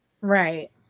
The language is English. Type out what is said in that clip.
right